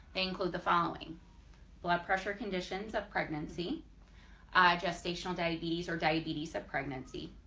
include the following blood pressure conditions of pregnancy gestational diabetes or diabetes of pregnancy,